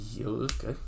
okay